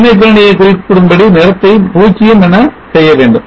வெண்மை பின்னணியை குறிப்பிடும் படி நிறத்தை 0 என செய்ய வேண்டும்